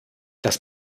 dass